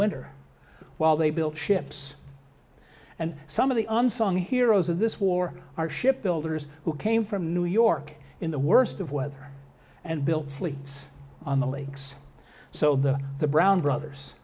winter while they built ships and some of the unsung heroes of this war are ship builders who came from new york in the worst of weather and built fleets on the lakes so the the brown brothers